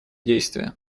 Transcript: действия